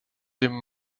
him